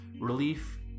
relief